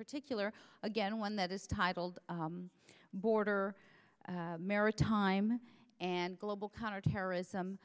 particular again one that is titled border maritime and global counterterrorism